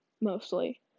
mostly